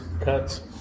cuts